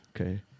Okay